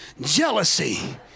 jealousy